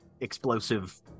explosive